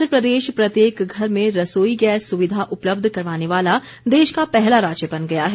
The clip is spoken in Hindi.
हिमाचल प्रदेश प्रत्येक घर में रसोई गैस सुविधा उपलब्ध करवाने वाला देश का पहला राज्य बन गया है